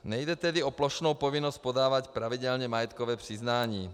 Nejde tedy o plošnou povinnost podávat pravidelně majetkové přiznání.